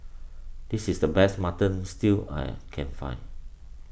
this is the best Mutton Stew I'll can find